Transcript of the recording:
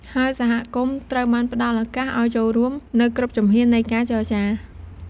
ហើយសហគមន៍ត្រូវបានផ្ដល់ឱកាសឲ្យចូលរួមនៅគ្រប់ជំហាននៃការចរចា។